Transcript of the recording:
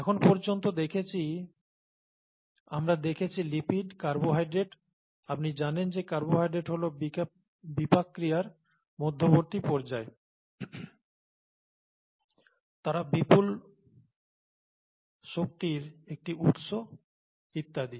এখন পর্যন্ত আমরা দেখেছি লিপিড কার্বোহাইড্রেট আপনি জানেন যে কার্বোহাইড্রেট হল বিপাক ক্রিয়ার মধ্যবর্তী পর্যায় তারা বিপুল শক্তির একটি উৎস ইত্যাদি